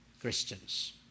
Christians